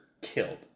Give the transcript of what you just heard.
killed